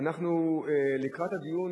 לקראת הדיון